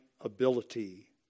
Ability